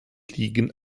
ligen